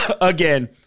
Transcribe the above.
again